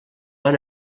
van